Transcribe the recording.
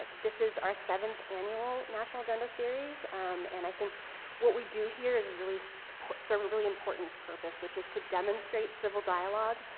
like this is our seventh annual national agenda series um and i think what we do here is really serve a really important purpose which is to demonstrate civil dialogue.